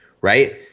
Right